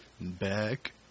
Back